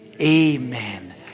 Amen